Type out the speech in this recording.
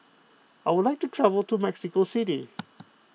I would like to travel to Mexico City